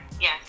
Yes